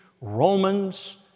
Romans